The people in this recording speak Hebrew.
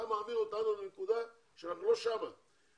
אתה מעביר אותנו לנקודה ואני לא נמצא בה.